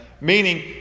Meaning